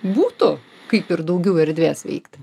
būtų kaip ir daugiau erdvės veikti